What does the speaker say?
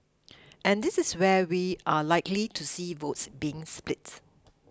and this is where we are likely to see votes being split